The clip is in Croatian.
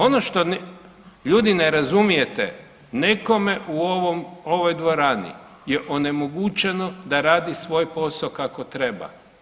Ono što ljudi ne razumijete nekome u ovome dvorani je onemogućeno da radi svoj posao kako treba.